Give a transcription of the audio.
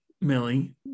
Millie